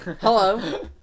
Hello